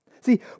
See